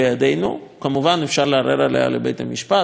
כמובן, אפשר לערער עליה לבית-המשפט, הדרך